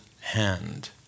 hand